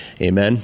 Amen